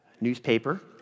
newspaper